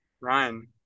Ryan